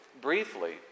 briefly